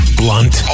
blunt